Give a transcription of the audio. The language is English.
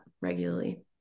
regularly